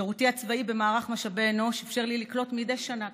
שירותי הצבאי במערך משאבי אנוש אפשר לי לקלוט מדי שנה,